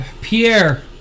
Pierre